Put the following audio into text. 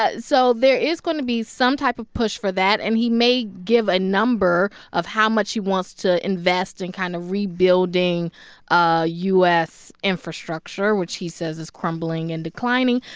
ah so there is going to be some type of push for that. and he may give a number of how much he wants to invest in kind of rebuilding ah u s. infrastructure, which he says is crumbling and declining.